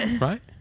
right